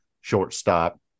shortstop